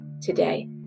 today